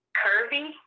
curvy